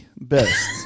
best